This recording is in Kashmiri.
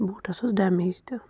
بوٗٹس اوس ڈیمیج تہِ